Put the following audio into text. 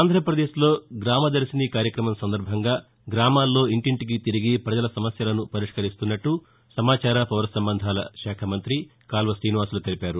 ఆంధ్రప్రదేశ్లో గ్రామదర్జిని కార్యక్రమం సందర్బంగా గ్రామాల్లో ఇంటింటికీ తిరిగి పజల సమస్యలను పరిష్కరిస్తున్నట్లు సమాచార పౌరసంబంధాల శాఖ మంత్రి కాల్వ శ్రీనివాసులు తెలిపారు